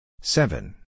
seven